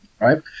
right